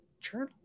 Journal